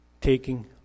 taking